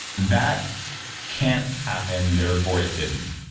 that can't happen, therefore, it didn't,